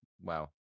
wow